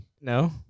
No